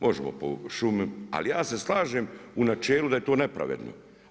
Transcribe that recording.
Možemo po šumi, ali ja se slažem u načelu da je to nepravedno.